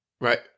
right